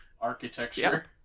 architecture